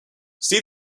see